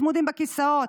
צמודים בכיסאות.